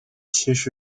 其实